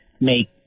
make